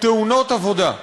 תאונות עבודה.